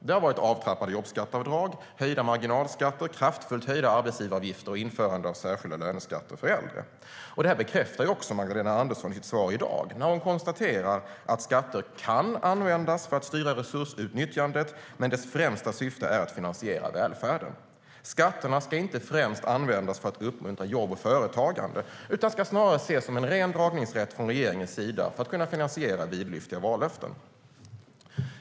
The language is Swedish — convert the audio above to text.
Det har varit avtrappade jobbskatteavdrag, höjda marginalskatter, kraftfullt höjda arbetsgivaravgifter och införande av särskilda löneskatter för äldre. Detta bekräftar också Magdalena Andersson i sitt svar i dag när hon konstaterar att skatter kan användas för att styra resursutnyttjandet men att deras främsta syfte är att finansiera välfärden. Skatterna ska inte främst användas för att uppmuntra jobb och företagande utan ska snarare ses som en ren dragningsrätt från regeringens sida för att kunna finansiera vidlyftiga vallöften.